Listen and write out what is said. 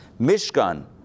Mishkan